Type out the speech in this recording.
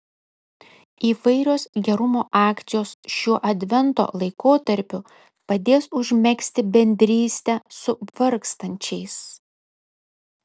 įvairios gerumo akcijos šiuo advento laikotarpiu padės užmegzti bendrystę su vargstančiais